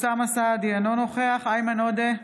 אוסאמה סעדי, אינו נוכח איימן עודה,